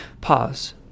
Pause